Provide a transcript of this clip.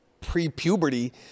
pre-puberty